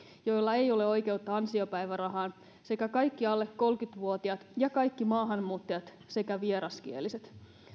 joilla ei ole oikeutta ansiopäivärahaan sekä kaikki alle kolmekymmentä vuotiaat ja kaikki maahanmuuttajat sekä vieraskieliset